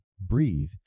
breathe